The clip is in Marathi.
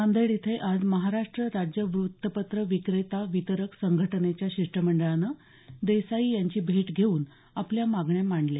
नांदेड इथे आज महाराष्ट्र राज्य व्रतपत्र विक्रेता वितरक संघटनेच्या शिष्टमंडळानं देसाई यांची भेट घेऊन आपल्या मागण्या मांडल्या